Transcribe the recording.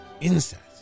incest